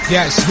Yes